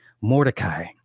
Mordecai